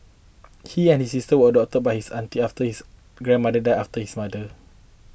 he and his sister were adopted by his aunt after his grandmother died after his mother